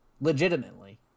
legitimately